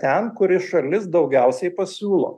ten kuri šalis daugiausiai pasiūlo